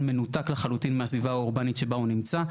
מנותק לחלוטין מהסביבה האורבנית שבה הוא נמצא.